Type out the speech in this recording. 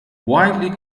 widely